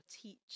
teach